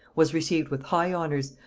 was received with high honors,